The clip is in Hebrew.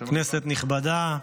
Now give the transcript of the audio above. כנסת נכבדה,